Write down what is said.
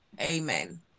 Amen